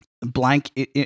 blank